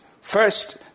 First